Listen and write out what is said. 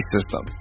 System